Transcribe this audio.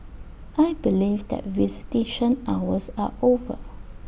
I believe that visitation hours are over